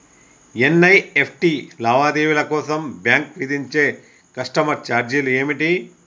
NEFT లావాదేవీల కోసం bank విధించే కస్టమర్ ఛార్జీలు ఏమిటి?